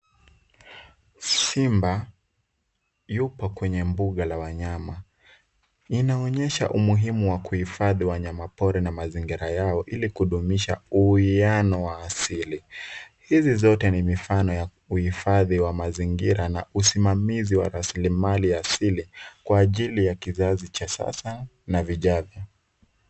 Simba, yupo kwenye mbuga la wanyama, inaonyesha umuhimu wa kuhifadhi wanyama pori na mazingira yao ili kudumisha uwiano wa asili. Hizi zote ni mifano ya uhifadhi wa mazingira na usimamizi wa rasilimali asili kwa ajili ya kizazi cha sasa na vijavyo.